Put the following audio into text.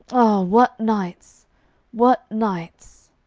what nights what nights!